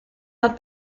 hat